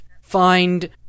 find